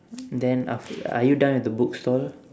then aft~ are you done with the bookstore